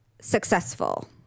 successful